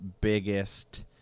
biggest